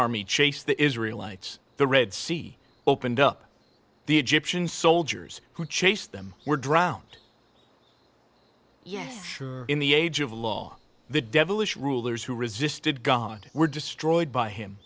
army chased the israel lights the red sea opened up the egyptian soldiers who chased them were drowned yet in the age of law the devilishly rulers who resisted god were destroyed by him